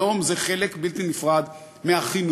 היום זה חלק בלתי נפרד מהחינוך,